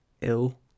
ill